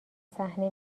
صحنه